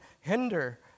hinder